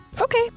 okay